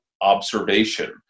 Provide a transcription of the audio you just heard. observation